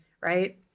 right